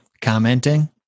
commenting